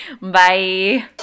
Bye